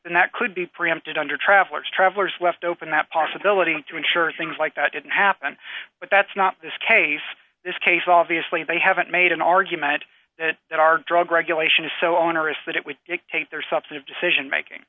l that could be preempted under travelers travelers left open that possibility to ensure things like that didn't happen but that's not this case this case all the asli they haven't made an argument that there are drug regulations so onerous that it would take their subset of decision making